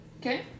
Okay